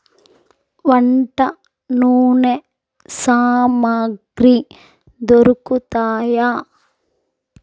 వంట నూనె సామాగ్రి దొరుకుతాయా